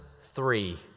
three